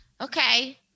Okay